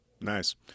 nice